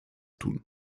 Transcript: tun